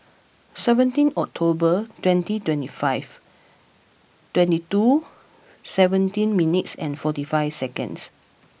seventeen October twenty twenty five twenty two seventeen minutes and forty five seconds